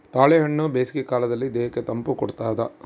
ತಾಳೆಹಣ್ಣು ಬೇಸಿಗೆ ಕಾಲದಲ್ಲಿ ದೇಹಕ್ಕೆ ತಂಪು ಕೊಡ್ತಾದ